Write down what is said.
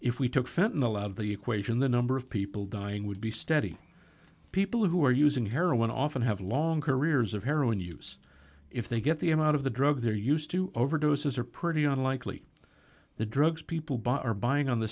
fenton a lot of the equation the number of people dying would be steady people who are using heroin often have long careers of heroin use if they get the amount of the drug they're used to overdoses are pretty unlikely the drugs people are buying on the